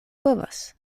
povas